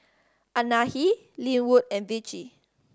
Anahi Linwood and Vicie